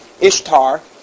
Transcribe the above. Ishtar